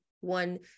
one